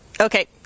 Okay